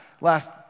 last